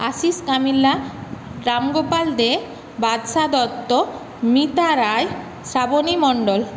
Ashis Kamila Ramgopal De Badsha Dutta Mita Roy Shrabani Mondal